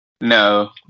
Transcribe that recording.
No